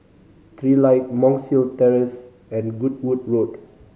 Trilight Monk's Hill Terrace and Goodwood Road